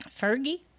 Fergie